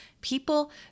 people